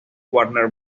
warner